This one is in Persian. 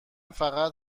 فقط